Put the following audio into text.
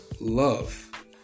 love